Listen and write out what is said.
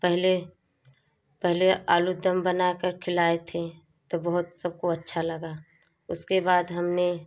पहले पहले आलूदम बना कर खिलाए थे तो बहुत सबको अच्छा लगा उसके बाद हमने